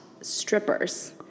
strippers